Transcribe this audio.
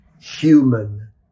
human